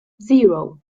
zero